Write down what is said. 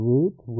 Route